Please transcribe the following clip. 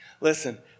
Listen